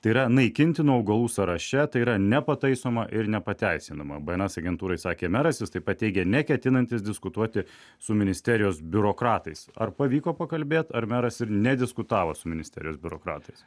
tai yra naikintinų augalų sąraše tai yra nepataisoma ir nepateisinama bns agentūrai sakė meras jis taip pat teigė neketinantis diskutuoti su ministerijos biurokratais ar pavyko pakalbėt ar meras ir nediskutavo su ministerijos biurokratais